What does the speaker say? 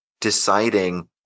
deciding